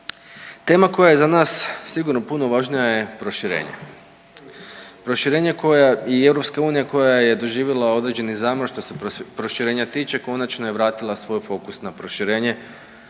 Tema koja je za nas sigurno puno važnija je proširenja. Proširenja koja i EU koja je doživjela određeni zamah što se proširenja tiče konačno je vratila svoj fokus na proširenje